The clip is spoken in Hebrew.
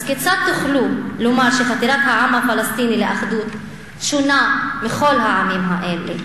אז כיצד תוכלו לומר שחתירת העם הפלסטיני לאחדות שונה מכל העמים האלה?